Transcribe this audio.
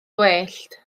gwellt